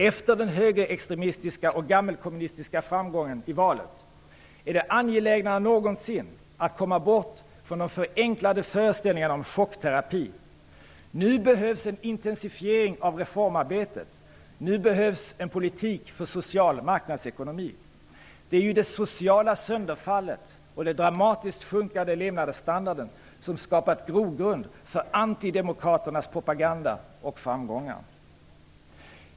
Efter den högerextremistiska och gammelkommunistiska framgången i valet är det angelägnare än någonsin att komma bort från de förenklade föreställningarna om chockterapi. Nu behövs en intensifiering av reformarbetet. Nu behövs en politik för en social marknadsekonomi. Det är ju det sociala sönderfallet och den dramatiskt sjunkande levnadsstandarden som skapat en grogrund för antidemokraternas propaganda och framgångar.